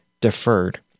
deferred